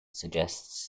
suggests